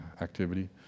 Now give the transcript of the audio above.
activity